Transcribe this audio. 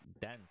dense